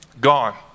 Gone